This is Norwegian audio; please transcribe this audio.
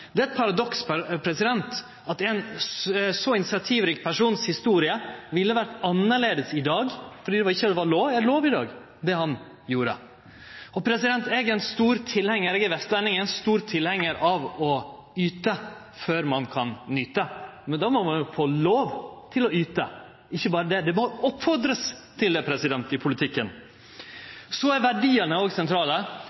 er eit paradoks at historia til ein så initiativrik person ville ha vore annleis i dag, fordi det ikkje er lov i dag å gjere det han gjorde. Eg er ein stor tilhengar – eg er vestlending – av å yte før ein kan nyte. Men då må ein jo få lov til å yte – ikkje berre det, det må oppfordrast til det i politikken.